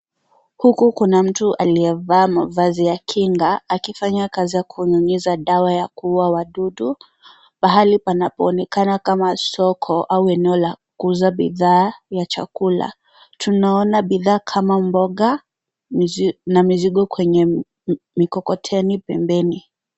Huku kuna mtu aliyevaa mavazi ya kinga akifanya kazi ya kunyunyiza dawa ya kuua wadudu mahali panapoonekana kama soko au eneo la kuuza bidhaa za chakula. Tunaona bidhaa kama mboga na mizigo kwenye mikokoteni pembeni.